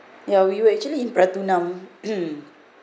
ya we were actually in pratunam